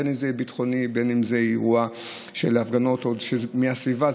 בין ביטחוני ובין אירוע של הפגנות בסביבה.